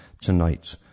tonight